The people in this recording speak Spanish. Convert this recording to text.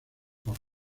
por